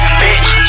bitch